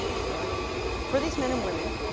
yep. for these men and women,